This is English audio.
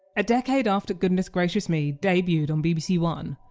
a decade after goodness gracious me debuted on bbc one,